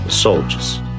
soldiers